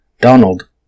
Donald